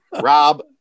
Rob